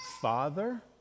Father